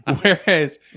Whereas